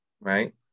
right